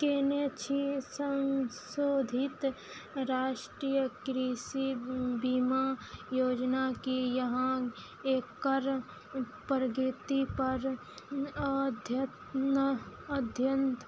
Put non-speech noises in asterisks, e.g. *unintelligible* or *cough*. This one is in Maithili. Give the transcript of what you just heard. केने छी संशोधित राष्ट्रीय कृषि बीमा योजना की यहाँ एकर प्रगति पर *unintelligible* अध्ययन